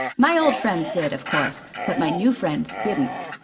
my old friends did, of course, but my new friends didn't.